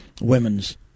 women's